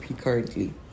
currently